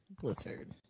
Blizzard